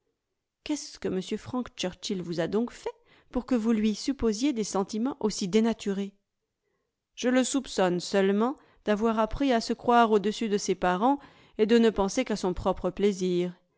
qu'est-ce que m frank churchill vous a donc fait pour que vous lui supposiez des sentiments aussi dénaturés je le soupçonne seulement d'avoir appris à se croire au-dessus de ses parents et de ne penser qu'à son propre plaisir